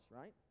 right